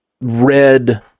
red